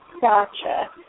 Gotcha